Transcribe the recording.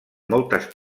moltes